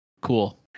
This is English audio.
Cool